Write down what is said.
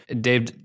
Dave